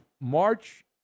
March